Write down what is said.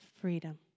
Freedom